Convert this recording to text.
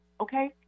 okay